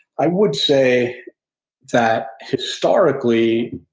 i would say that, historically,